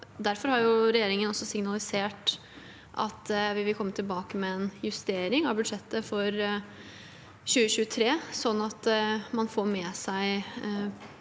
Derfor har regjeringen også signalisert at vi vil komme tilbake med en justering av budsjettet for 2023, slik at man får med seg